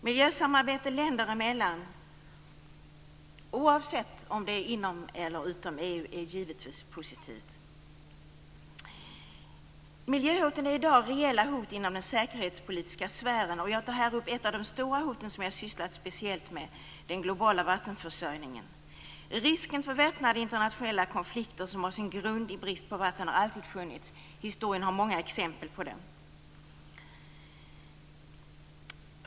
Miljösamarbete länderna emellan - oavsett om det sker inom eller utom EU - är givetvis positivt. Miljöhoten är i dag reella hot inom den säkerhetspolitiska sfären, och jag tar här upp ett av de stora hoten som jag sysslat speciellt med: den globala vattenförsörjningen. Risken för väpnade internationella konflikter som har sin grund i brist på vatten har alltid funnits - historien visar många exempel på det.